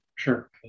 Sure